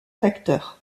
facteurs